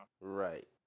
Right